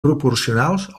proporcionals